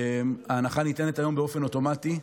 ההנחה ניתנת היום באופן אוטומטי,